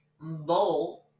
Bowl